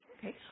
Okay